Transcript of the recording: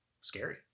scary